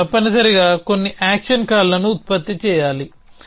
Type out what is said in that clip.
మనం తప్పనిసరిగా కొన్ని యాక్షన్ కాల్లను ఉత్పత్తి చేయాలి